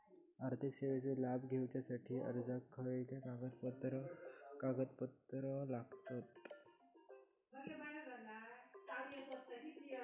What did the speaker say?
आर्थिक सेवेचो लाभ घेवच्यासाठी अर्जाक कसले कागदपत्र लागतत?